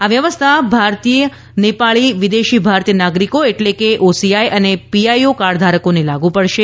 આ વ્યવસ્થા ભારતીય નેપાળી વિદેશી ભારતીય નાગરીકો એટલે કે ઓસી આઈ અને પી આઈ ઓ કાર્ડધારકોને લાગુ પડશે